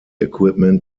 equipment